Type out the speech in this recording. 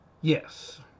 Yes